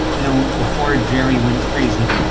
you know, before gerry went crazy.